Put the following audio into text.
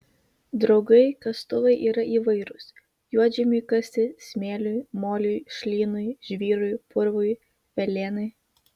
draugai kastuvai yra įvairūs juodžemiui kasti smėliui moliui šlynui žvyrui purvui velėnai